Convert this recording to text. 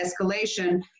escalation